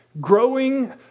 growing